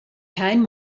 kein